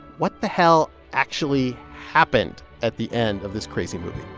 what the hell actually happened at the end of this crazy movie?